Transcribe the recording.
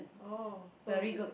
oh so you